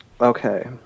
Okay